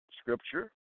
scripture